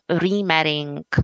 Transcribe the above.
remarrying